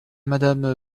madame